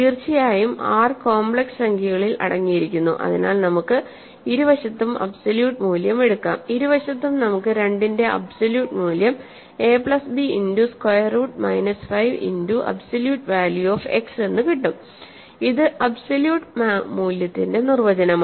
തീർച്ചയായും R complex സംഖ്യകളിൽ അടങ്ങിയിരിക്കുന്നു അതിനാൽ നമുക്ക് ഇരുവശത്തും അബ്സോല്യൂട്ട് മൂല്യം എടുക്കാം ഇരുവശത്തും നമുക്ക് 2 ന്റെ അബ്സോലുട്ട് മൂല്യം A plus B into square root minus 5 into absolute value of x എന്ന് കിട്ടും ഇത് അബ്സോല്യൂട്ട് മൂല്യത്തിന്റെ നിർവചനമാണ്